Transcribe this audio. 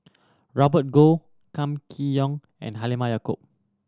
Robert Goh Kam Kee Yong and Halimah Yacob